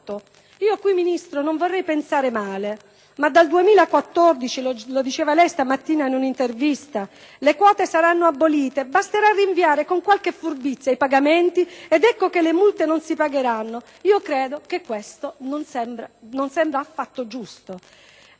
Io qui, signor Ministro, non vorrei pensare male, ma dal 2014, come ha detto stamattina in un'intervista, le quote saranno abolite: basterà rinviare con qualche furbizia i pagamenti ed ecco che le multe non si pagheranno. Credo che questo non sia affatto giusto.